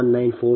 1438 j0